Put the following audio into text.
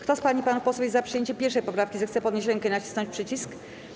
Kto z pań i panów posłów jest za przyjęciem 1. poprawki, zechce podnieść rękę i nacisnąć przycisk.